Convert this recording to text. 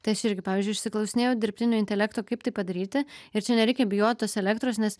tai aš irgi pavyzdžiui išsiklausinėjau dirbtinio intelekto kaip tai padaryti ir čia nereikia bijot tos elektros nes